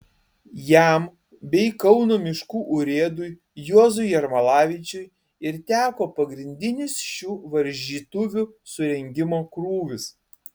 jam bei kauno miškų urėdui juozui jermalavičiui ir teko pagrindinis šių varžytuvių surengimo krūvis